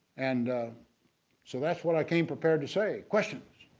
and so that's what i came prepared to say questions.